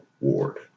Ward